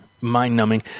mind-numbing